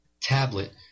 tablet